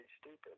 stupid